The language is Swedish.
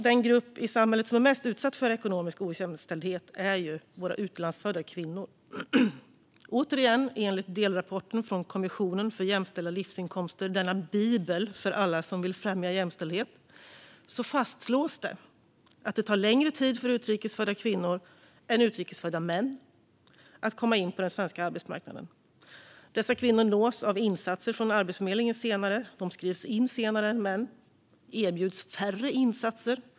Den grupp i samhället som är mest utsatt för ekonomisk ojämställdhet är våra utlandsfödda kvinnor. Enligt, återigen, delrapporten från Kommissionen för jämställda livsinkomster - denna bibel för alla som vill främja jämställdhet - tar det längre tid för utrikes födda kvinnor än för utrikes födda män att komma in på den svenska arbetsmarknaden. Dessa kvinnor nås senare av insatser från Arbetsförmedlingen. De skrivs in senare än män och erbjuds färre insatser.